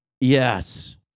Yes